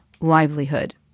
livelihood